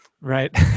Right